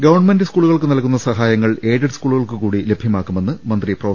government സ്കൂളുകൾക്ക് നൽകുന്ന സഹായങ്ങൾ എയ് ഡഡ് സ്കൂളുകൾക്ക് കൂടി ലഭ്യമാക്കുമെന്ന് മന്ത്രി പ്രൊഫ